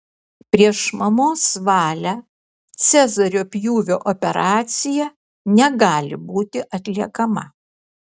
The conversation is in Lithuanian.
prieš mamos valią cezario pjūvio operacija negali būti atliekama